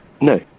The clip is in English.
no